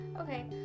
Okay